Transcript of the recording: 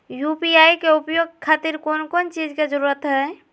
UPI के उपयोग के खातिर कौन कौन चीज के जरूरत है?